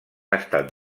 estat